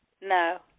No